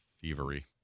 thievery